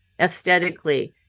aesthetically